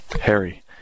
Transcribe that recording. Harry